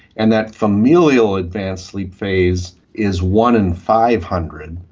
and that familial advanced sleep phase is one in five hundred.